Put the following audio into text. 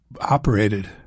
operated